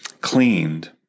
cleaned